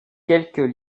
quelques